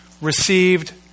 received